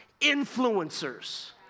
influencers